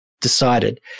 decided